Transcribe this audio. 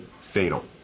fatal